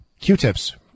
q-tips